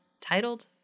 titled